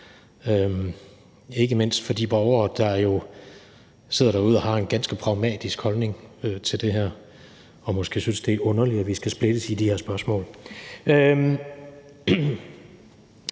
ikke mindst for de borgere, der jo sidder derude og har en ganske pragmatisk holdning til det her og måske synes, det er underligt, at vi skal splittes i de her spørgsmål.